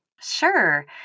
Sure